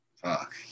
Fuck